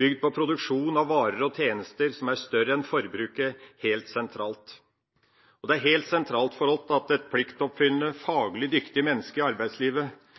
bygd på produksjon av varer og tjenester som er større enn forbruket, helt sentralt. Det er helt sentralt for oss at et pliktoppfyllende, faglig dyktig menneske i arbeidslivet